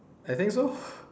I think so